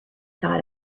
thought